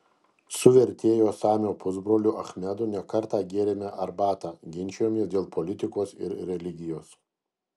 su vertėjo samio pusbroliu achmedu ne kartą gėrėme arbatą ginčijomės dėl politikos ir religijos